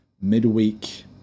midweek